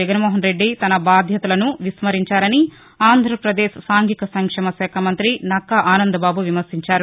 జగన్మోహనరెడ్డి తన బాధ్యతలను విస్మరించారని ఆంధ్రప్రదేశ్ సాంఘిక సంక్షేమ శాఖ మంతి నక్కా ఆనందబాబు విమర్శించారు